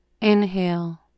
inhale